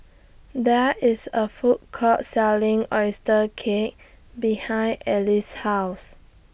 There IS A Food Court Selling Oyster Cake behind Alice's House